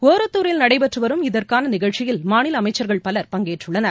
ஒரத்தூரில் நடைபெற்றுவரும் இதற்கானநிகழ்ச்சியில் மாநிலஅமைச்சர்கள் பலர் பங்கேற்றுள்ளனர்